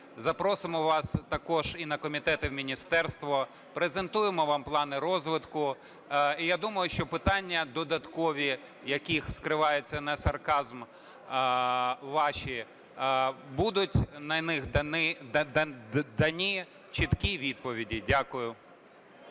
Запросимо вас також і на комітет, і в міністерство. Презентуємо вам плани розвитку. І я думаю, що питання додаткові, в яких скривається несарказм, ваші, будуть на них дані чіткі відповіді. Дякую.